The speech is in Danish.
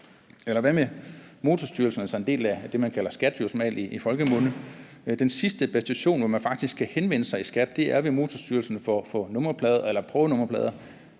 Eller hvad med Motorstyrelsen, altså en del af det, man normalt kalder SKAT i folkemunde? Den sidste bastion, hvor man faktisk kan henvende sig i Skatteforvaltningen, er ved Motorstyrelsen for nummerplader eller prøvenummerplader.